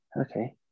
Okay